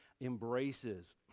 embraces